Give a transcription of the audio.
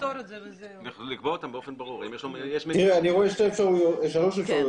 אני רואה שלוש אפשרויות.